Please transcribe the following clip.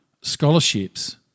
scholarships